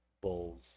Bowls